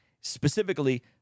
specifically